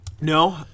No